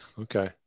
Okay